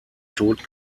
tod